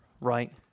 right